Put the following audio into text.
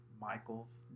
Michael's